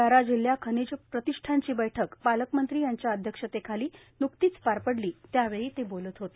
भंडारा जिल्हा खनिज प्रतिष्ठानची बैठक पालकमंत्री यांच्या अध्यक्षतेखाली न्कतीच पार पडलीए त्यावेळी ते बोलत होते